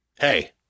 Hey